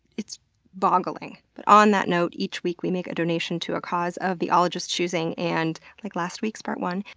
it's boggling. but on that note, each week we make a donation to a cause of the ologist's choosing and, like last week's part one,